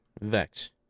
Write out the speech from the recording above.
vex